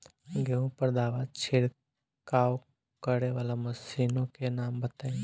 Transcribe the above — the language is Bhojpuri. गेहूँ पर दवा छिड़काव करेवाला मशीनों के नाम बताई?